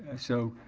ah so,